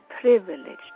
privileged